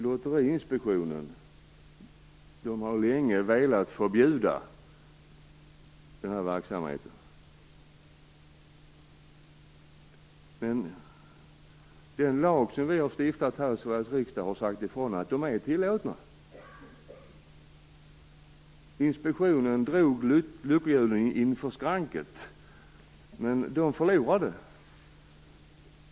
Lotteriinspektionen har länge velat förbjuda verksamheten med lyckohjulen, men den lag som Sveriges riksdag har stiftat säger att de är tillåtna. Lotteriinspektionen drog lyckohjulen inför skranket, men förlorade.